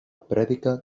prèdica